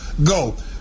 -go